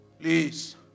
Please